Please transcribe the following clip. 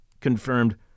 confirmed